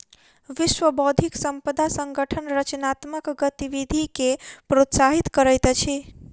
विश्व बौद्धिक संपदा संगठन रचनात्मक गतिविधि के प्रोत्साहित करैत अछि